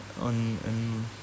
on